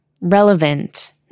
relevant